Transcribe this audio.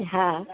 હાં